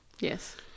Yes